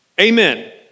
Amen